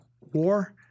war